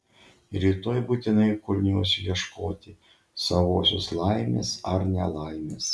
rytoj būtinai kulniuosiu ieškoti savosios laimės ar nelaimės